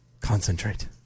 concentrate